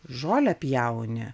žolę pjauni